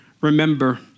remember